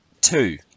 Two